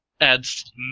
adds